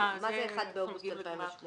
מה זה 1 באוגוסט 2018?